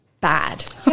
bad